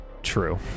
True